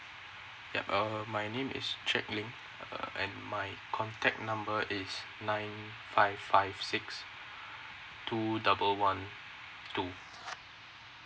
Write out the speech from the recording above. hi um my name is jack lin uh my contact number is nine five five six two double one two